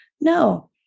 No